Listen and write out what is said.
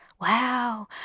Wow